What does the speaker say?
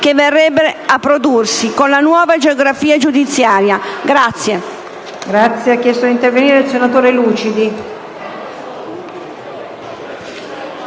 che verrebbe a prodursi con la nuova geografia giudiziaria.